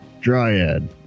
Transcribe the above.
Dryad